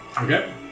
Okay